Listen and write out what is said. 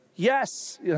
yes